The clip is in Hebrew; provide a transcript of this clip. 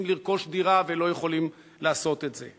לרכוש דירה ולא יכולים לעשות את זה.